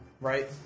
Right